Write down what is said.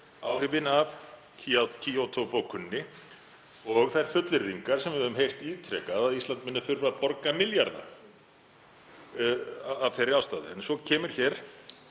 áhrifin af Kyoto-bókuninni og þær fullyrðingar sem við höfum heyrt ítrekað, að Ísland muni þurfa að borga milljarða af þeirri ástæðu. En svo kemur